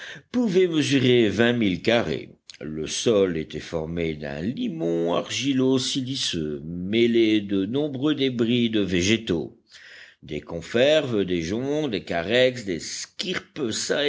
mesurer vingt milles carrés le sol était formé d'un limon argilo siliceux mêlé de nombreux débris de végétaux des conferves des joncs des carex des scirpes